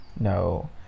no